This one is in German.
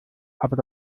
aber